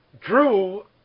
drew